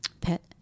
pet